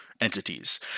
entities